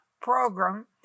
program